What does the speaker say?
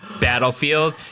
battlefield